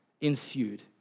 ensued